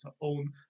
own